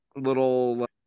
little